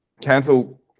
cancel